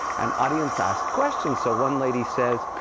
and audience ask questions. so one lady says,